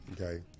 okay